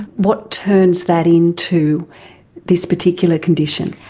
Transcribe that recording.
what turns that into this particular condition?